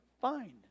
Fine